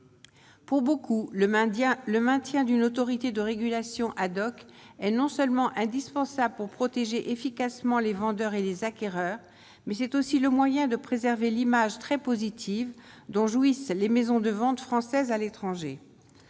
pour beaucoup le indien, le maintien d'une autorité de régulation Haddock est non seulement indispensable pour protéger efficacement les vendeurs et des acquéreurs, mais c'est aussi le moyen de préserver l'image très positive dont jouissent les maisons de ventes françaises à l'étranger,